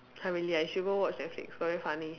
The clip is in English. !huh! really ah you should go watch netflix very funny